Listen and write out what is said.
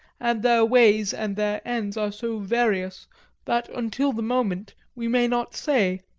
and their ways and their ends are so various that until the moment we may not say.